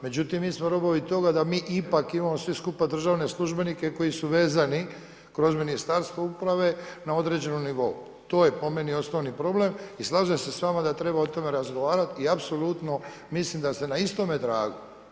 Međutim mi smo robovi toga da mi ipak imamo svi skupa državne službenike koji su vezani kroz Ministarstvo uprave na određenom nivou, to je po meni osnovni problem i slažem se s vama da treba o tome razgovarati i apsolutno mislim da ste na istome tragu.